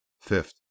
fifth